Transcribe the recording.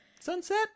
sunset